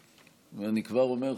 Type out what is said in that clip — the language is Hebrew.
ואני כבר אומר,